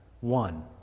one